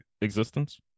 existence